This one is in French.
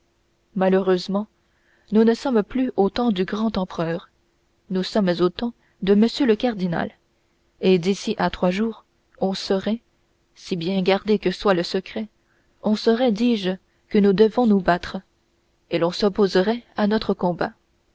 malheureusement nous ne sommes plus au temps du grand empereur nous sommes au temps de m le cardinal et d'ici à trois jours on saurait si bien gardé que soit le secret on saurait dis-je que nous devons nous battre et l'on s'opposerait à notre combat